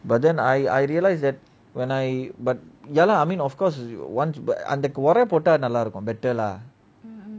but then I I realise that when I but ya lah I mean of course you want but அந்த ஒர போட்ட நல்ல இருக்கும்:antha oora pota nalla irukkum better lah